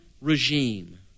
regime